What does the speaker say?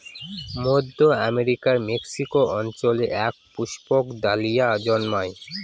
মধ্য আমেরিকার মেক্সিকো অঞ্চলে এক পুষ্পক ডালিয়া জন্মায়